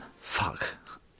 fuck